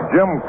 Jim